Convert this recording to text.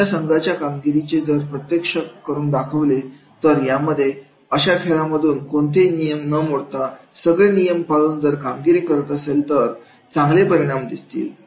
अशा संघाच्या कामगिरीचे जर प्रत्यक्षित करून दाखवले तर यामध्ये अशा खेळांमधून कोणतेही नियम न मोडता सगळे नियम पाळून जर कामगिरी करत असेल तरचांगले परिणाम दिसतील